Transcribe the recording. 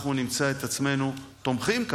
אנחנו נמצא את עצמנו תומכים בו.